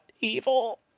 evil